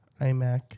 iMac